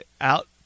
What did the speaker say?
out